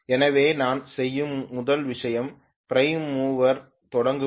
எனவே நான் செய்யும் முதல் விஷயம் பிரைம் மூவரைத் தொடங்குவது